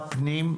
פנים,